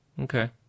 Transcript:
okay